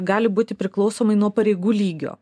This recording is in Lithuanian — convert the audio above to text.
gali būti priklausomai nuo pareigų lygio